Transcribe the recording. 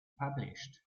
published